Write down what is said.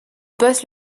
poste